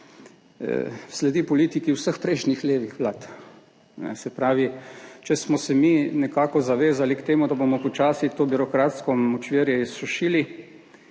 sledi politiki vseh prejšnjih levih vlad. Se pravi, če smo se mi nekako zavezali k temu, da bomo počasi to birokratsko močvirje izsušili,